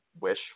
wish